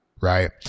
Right